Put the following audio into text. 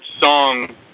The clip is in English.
song